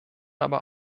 aber